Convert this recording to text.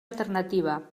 alternativa